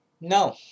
no